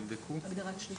תבדקו.